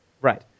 Right